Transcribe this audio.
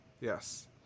Yes